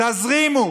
תזרימו